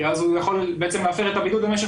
כי אז הוא יכול בעצם להפר את הבידוד למשך